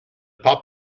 pop